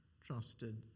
trusted